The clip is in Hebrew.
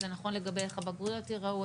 זה נכון לגבי איך הבגרויות יראו,